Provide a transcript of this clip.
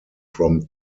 from